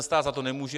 Stát za to nemůže.